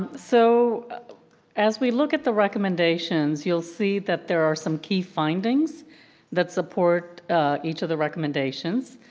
so as we look at the recommendations, you'll see that there are some key findings that support each of the recommendations,